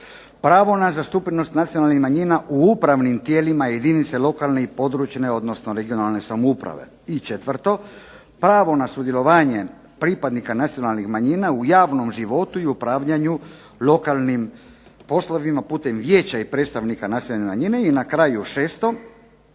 pravo na zastupljenost nacionalnih manjina u upravnim tijelima jedinice lokalne i područne odnosno regionalne samouprave. I četvrto, pravo na sudjelovanje pripadnika nacionalnih manjina u javnom životu i upravljanju lokalnim poslovima putem vijeća i predstavnika nacionalne manjine. I na kraju šesto,